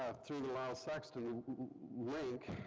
ah through the lyle saxon link,